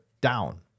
down